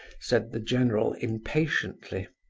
said the general, impatiently.